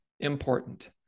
important